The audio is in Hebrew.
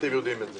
אתם יודעים את זה.